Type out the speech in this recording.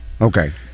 Okay